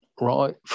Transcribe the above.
right